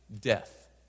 death